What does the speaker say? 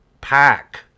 pack